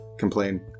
complain